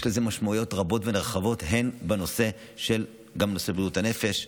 יש לזה משמעויות רבות ונרחבות גם בנושא של בריאות הנפש.